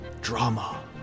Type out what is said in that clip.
Drama